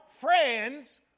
friends